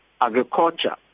agriculture